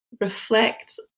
reflect